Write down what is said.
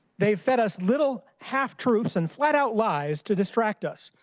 they fed us little half-truths and flat out lies to distract us.